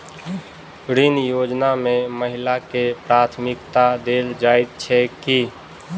ऋण योजना मे महिलाकेँ प्राथमिकता देल जाइत छैक की?